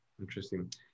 Interesting